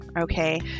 Okay